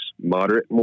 moderate